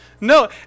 No